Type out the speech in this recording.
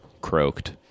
croaked